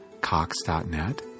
cox.net